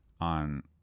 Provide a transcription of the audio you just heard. on